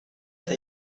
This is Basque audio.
eta